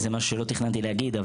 זה משהו שלא תכננתי להגיד,